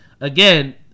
again